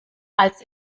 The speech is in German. als